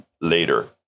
later